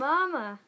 Mama